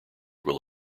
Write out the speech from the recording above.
will